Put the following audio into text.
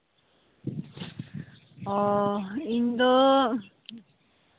ᱚᱸᱻ ᱤᱧ ᱫᱚ